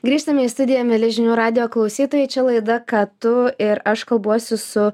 grįžtame į studiją mieli žinių radijo klausytojai čia laida ką tu ir aš kalbuosi su